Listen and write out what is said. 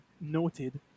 noted